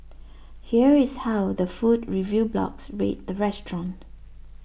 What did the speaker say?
here is how the food review blogs rate the restaurant